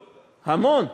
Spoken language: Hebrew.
המון.